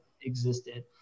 existed